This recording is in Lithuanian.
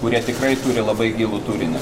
kurie tikrai turi labai gilų turinį